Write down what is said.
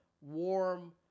warm